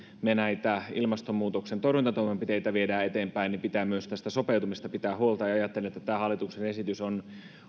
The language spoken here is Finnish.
näitä ilmastonmuutoksen torjuntatoimenpiteitä viedään eteenpäin niin pitää myös tästä sopeutumisesta pitää huolta ja ajattelen että tämä hallituksen esitys on